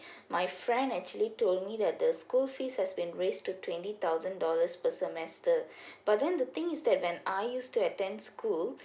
my friend actually told me that the school fees has been raise to twenty thousand dollars per semester but then the thing is that when I used to attend school